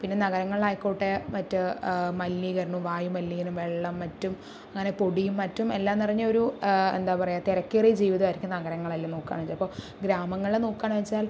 പിന്നെ നഗരങ്ങളിലായിക്കോട്ടെ മറ്റ് മലിനീകരണും വായു മലിനീകരണം വെളളം മറ്റും അങ്ങനെ പൊടിയും മറ്റും എല്ലാം നിറഞ്ഞൊരു എന്താ പറയുക തിരക്കേറിയ ജീവിതമായിരിക്കും നഗരങ്ങളെല്ലാം നോക്കുകയാണെങ്കിൽ അപ്പോൾ ഗ്രാമങ്ങളെ നോക്കുകയാണ് വെച്ചാൽ